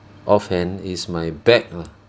off hand is my back lah